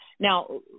Now